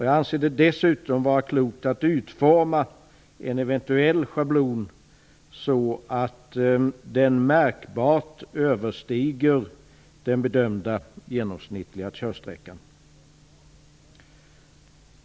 Jag anser dessutom att det är klokt att utforma en eventuell schablon så att den märkbart överstiger den bedömda genomsnittliga körsträckan.